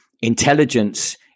intelligence